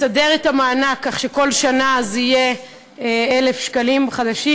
מסדר את המענק כך שכל שנה זה יהיה 1,000 שקלים חדשים,